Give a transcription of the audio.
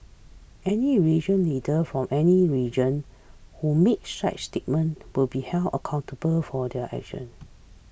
any religious leader from any religion who makes such statements will be held accountable for their actions